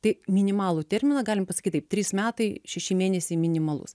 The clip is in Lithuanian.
tai minimalų terminą galim pasakyt taip trys metai šeši mėnesiai minimalus